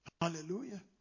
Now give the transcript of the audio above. Hallelujah